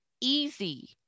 easy